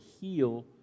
heal